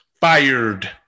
fired